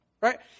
Right